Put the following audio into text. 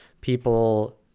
People